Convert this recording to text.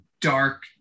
dark